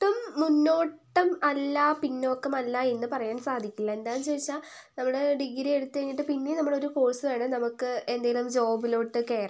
ഒട്ടും മുന്നോട്ടും അല്ല പിന്നോക്കം അല്ലാന്നു പറയാന് സാധിക്കില്ല എന്താന്നു ചോദിച്ചാൽ നമ്മള് ഡിഗ്രി എടുത്തു കഴിഞ്ഞിട്ട് പിന്നെ നമ്മളൊരു കോഴ്സ് വേണം നമുക്ക് ഏതെങ്കിലും ജോബിലോട്ട് കേറാൻ